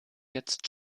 jetzt